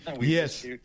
Yes